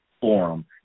Forum